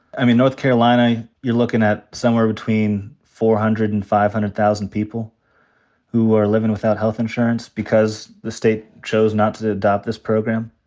i mean, north carolina, you're lookin' at somewhere between four hundred thousand and five hundred thousand people who are livin' without health insurance because the state chose not to adopt this program.